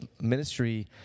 ministry